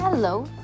Hello